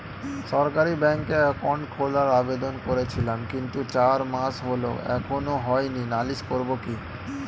সরকারি ব্যাংকে একাউন্ট খোলার আবেদন করেছিলাম কিন্তু চার মাস হল এখনো হয়নি নালিশ করব কি?